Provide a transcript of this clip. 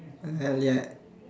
uh ya